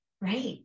Right